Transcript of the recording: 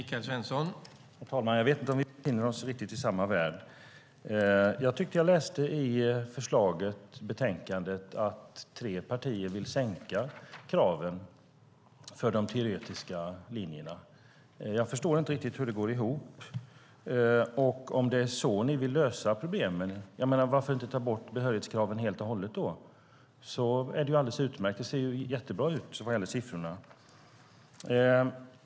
Herr talman! Jag vet inte om vi befinner oss i samma värld. Jag tyckte att jag läste i betänkandet att tre partier vill sänka kraven för de teoretiska linjerna. Jag förstår inte riktigt hur det går ihop. Om det är så ni vill lösa problemen, varför då inte ta bort behörighetskraven helt och hållet? Det är ju alldeles utmärkt och ser jättebra ut vad gäller siffrorna.